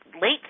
late